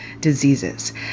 diseases